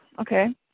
okay